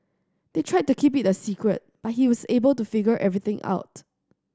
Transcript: they tried to keep it a secret but he was able to figure everything out